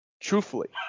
Truthfully